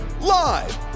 live